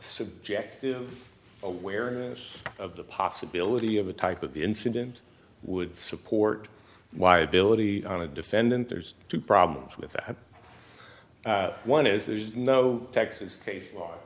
subjective awareness of the possibility of a type of incident would support why ability on a defendant there's two problems with that one is there's no texas case l